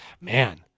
man